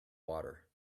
water